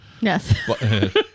Yes